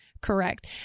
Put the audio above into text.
correct